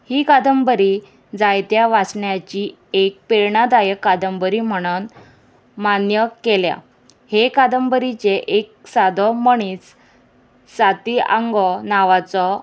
ही कादंबरी जायत्या वाचण्याची एक प्रेरणादायक कादंबरी म्हणन मान्य केल्या हे कादंबरीचे एक सादो मनीस साती आंगो नांवाचो